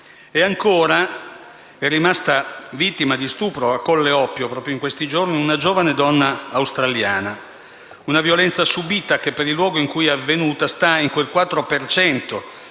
E ancora, è rimasta vittima di stupro a Colle Oppio, proprio in questi giorni, una giovane donna australiana; una violenza subita che, per il luogo in cui è avvenuta, sta in quel